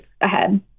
ahead